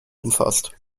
umfasst